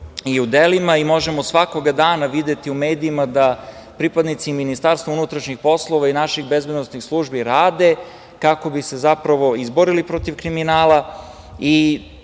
i u delima i možemo svakog dana videti u medijima da pripadnici Ministarstva unutrašnjih poslova i naših bezbednosnih službi rade kako bi se, zapravo, izborili protiv kriminala. Kao